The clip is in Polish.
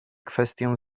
kwestię